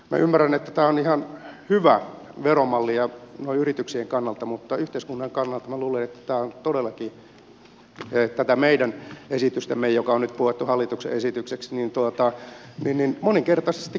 minä ymmärrän että tämä on ihan hyvä veromalli noin yrityksien kannalta mutta yhteiskunnan kannalta minä luulen että tämä on todellakin tätä meidän esitystämme joka on nyt puettu hallituksen esitykseksi moninkertaisesti kalliimpi